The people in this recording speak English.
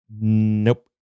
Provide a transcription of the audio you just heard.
Nope